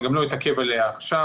ואני גם לא אתעכב עליה עכשיו